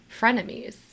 frenemies